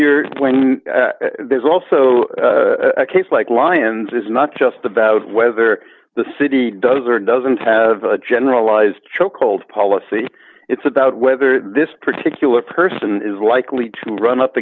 you're when there's also a case like lions it's not just about whether the city does or doesn't have a generalized chokehold policy it's about whether this particular person is likely to run up